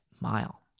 mile